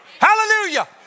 Hallelujah